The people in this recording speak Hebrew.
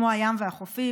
כמו הים והחופים.